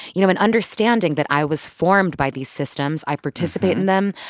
you know, and understanding that i was formed by these systems, i participate in them,